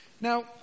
Now